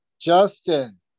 Justin